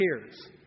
tears